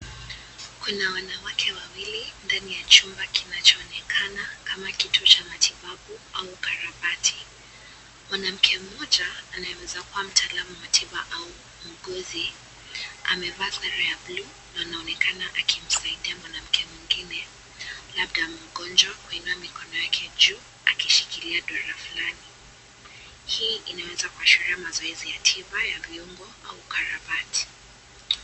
Kuna wanawake wawili ndani ya chumba kinachoonekana kama kituo cha matibabu au ukarabati. Mwanamke mmoja anaeza kuwa mtaalamu wa tiba au mwuguzi. Amevaa sare ya bluu na anaonekana akimsaidia mwanamke mwengine labda mgonjwa kuinua mikono wake juu akishikilia doro fulani. Hii inaweza kuashiria mazoezi ya tiba, vyombo au ukarabati.